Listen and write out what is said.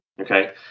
okay